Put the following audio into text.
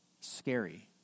scary